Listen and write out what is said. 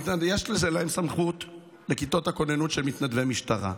יש סמכות לכיתות הכוננות של מתנדבי משטרה.